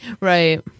Right